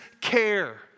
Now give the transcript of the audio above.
care